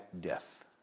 death